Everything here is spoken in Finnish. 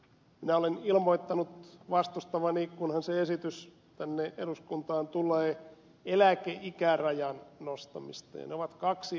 minä olen ilmoittanut vastustavani kunhan se esitys tänne eduskuntaan tulee eläkeikärajan nostamista ja ne ovat kaksi eri asiaa